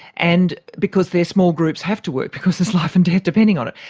and because their small groups have to work, because there's life and death depending on it.